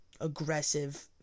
aggressive